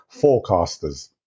forecasters